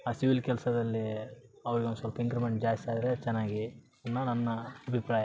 ಆ ಸಿವಿಲ್ ಕೆಲಸದಲ್ಲಿ ಅವ್ರಿಗೆ ಒಂದು ಸ್ವಲ್ಪ ಇಂಕ್ರಿಮೆಂಟ್ ಜಾಸ್ತಿ ಆದರೆ ಚೆನ್ನಾಗಿ ಅನ್ನೋ ನನ್ನ ಅಭಿಪ್ರಾಯ